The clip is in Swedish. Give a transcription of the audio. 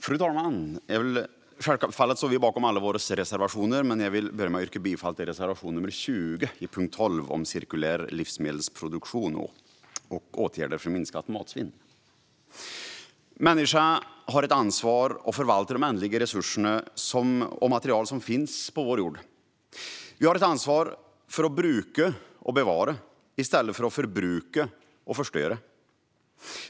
Fru talman! Vi står självfallet bakom alla våra reservationer, men jag vill yrka bifall endast till reservation nr 20 under punkt 12 om cirkulär livsmedelsproduktion och åtgärder för minskat matsvinn. Människan har ett ansvar att förvalta de ändliga resurser och material som finns på vår jord. Vi har ett ansvar att bruka och bevara, i stället för att förbruka och förstöra.